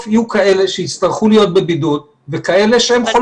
יהיו כאלה שיצטרכו להיות בודד וכאלה שהם חולים.